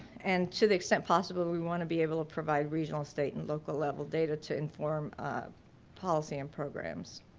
and to the extent possible we want to be able to provide regional, state, and local level data to inform policy and programs.